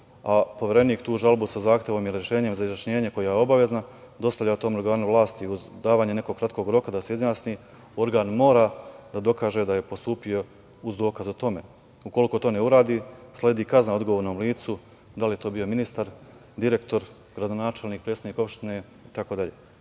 a Poverenik tu žalbu sa zahtevom i rešenjem za izvršenje koja je obavezna, dostavlja tom organu vlasti uz davanje nekog kratkog roka da se izjasni, organ mora da dokaže da je postupio uz dokaz o tome. Ukoliko to ne uradi, sledi kazna odgovornom licu, da li je to bio ministar, direktor, gradonačelnik, predsednik opštine